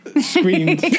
Screams